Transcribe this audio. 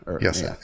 Yes